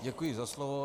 Děkuji za slovo.